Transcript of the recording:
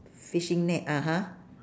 fishing net (uh huh)